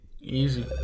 Easy